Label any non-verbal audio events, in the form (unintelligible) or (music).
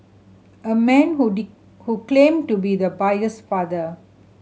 a man who (unintelligible) who claimed to be the buyer's father